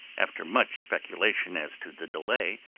after much speculation as to the delay,